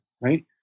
Right